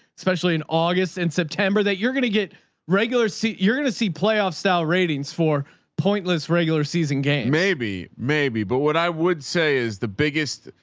especially an august and september that you're going to get regular seats. you're going to see playoffs style ratings for pointless, regular season games, maybe, maybe. but what i would say is the biggest,